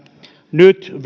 nyt